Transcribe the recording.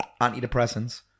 antidepressants